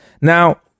Now